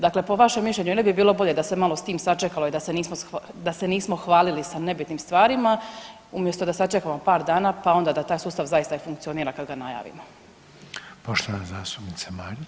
Dakle po vašem mišljenju, je li ne bi bilo bolje da se malo s tim sačekalo i da se nismo hvalili sa nebitnim stvarima umjesto da sačekamo par dana pa onda da taj sustav zaista i funkcionira kad ga najavimo?